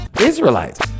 Israelites